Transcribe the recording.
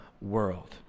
world